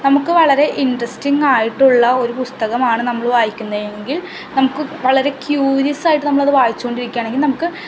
നമുക്ക് വളരെ ഇൻട്രസ്റ്റിങ്ങായിട്ടുള്ള ഒരു പുസ്തകമാണ് നമ്മൾ വായിക്കുന്നതെങ്കിൽ നമുക്ക് വളരെ ക്യൂരിയസ്സായിട്ട് നമ്മളത് വായിച്ചു കൊണ്ടിരിക്കുകയാണെങ്കിൽ നമുക്ക്